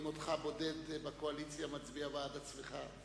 ורואים אותך בודד בקואליציה מצביע בעד עצמך.